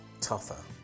tougher